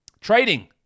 Trading